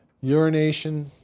urination